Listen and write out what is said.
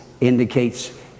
indicates